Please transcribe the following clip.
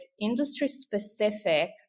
industry-specific